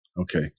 okay